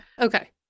Okay